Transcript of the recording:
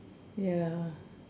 ya